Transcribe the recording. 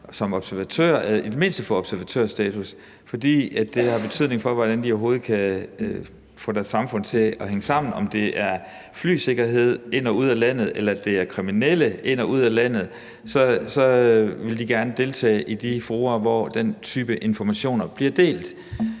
eller i det mindste få observatørstatus, fordi det har en betydning for, hvordan de overhovedet kan få deres samfund til at hænge sammen. Om det drejer sig om flysikkerhed ind og ud af landet eller kriminelle ind og ud af landet, så vil de gerne deltage i de fora, hvor den type informationer bliver delt.